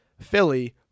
Philly